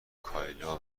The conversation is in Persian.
کایلا